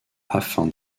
afin